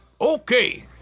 Okay